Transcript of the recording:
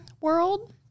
world